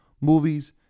movies